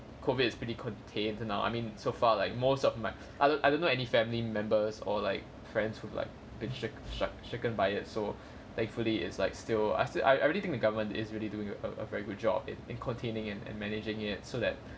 COVID is pretty contained till now I mean so far like most of my I don't I don't know any family members or like friends who have like shake~ shuck~ been shaken by it so thankfully it's like still I still I I really think the government is really doing a a very good job in in containing and managing it so that